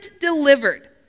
delivered